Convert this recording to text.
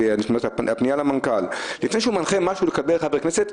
לפנות למנכ"ל ולומר שלפני שהוא מקבל החלטה לגבי חברי הכנסת,